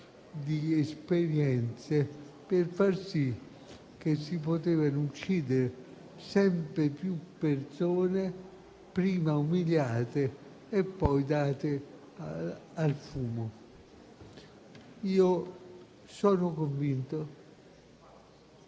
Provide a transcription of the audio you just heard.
di esperienze per far sì che si potessero uccidere sempre più persone, prima umiliate e poi date al fumo. Sono convinto